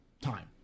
time